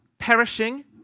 perishing